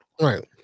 Right